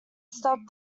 stopped